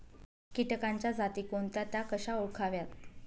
किटकांच्या जाती कोणत्या? त्या कशा ओळखाव्यात?